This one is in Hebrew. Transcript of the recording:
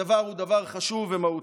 הדבר הוא דבר חשוב ומהותי.